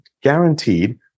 guaranteed